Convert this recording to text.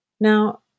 Now